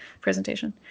presentation